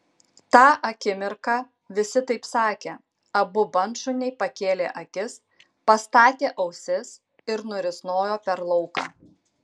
tą akimirką visi taip sakė abu bandšuniai pakėlė akis pastatė ausis ir nurisnojo per lauką